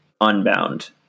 unbound